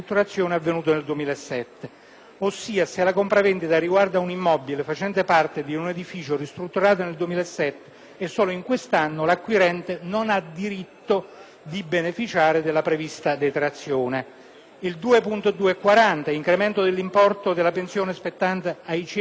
Ossia, se la compravendita riguarda un immobile facente parte di un edificio ristrutturato nel 2007 e solo in questo anno, l'acquirente non ha diritto di beneficiare della prevista detrazione. Con l'emendamento2.240 si propone l'incremento dell'importo della pensione spettante ai ciechi totali e ai ciechi parziali.